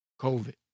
COVID